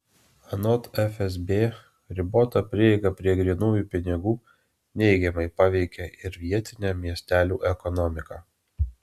anot fsb ribota prieiga prie grynųjų pinigų neigiamai paveikia ir vietinę miestelių ekonomiką